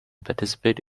participate